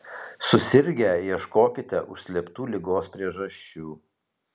susirgę ieškokite užslėptų ligos priežasčių